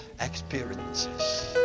experiences